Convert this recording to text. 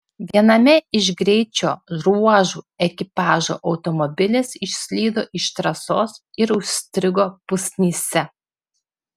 viename iš greičio ruožų ekipažo automobilis išslydo iš trasos ir užstrigo pusnyse